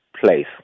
place